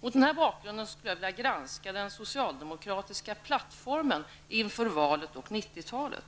Mot denna bakgrund skulle jag vilja granska den socialdemokratiska plattformen inför valet och 90-talet.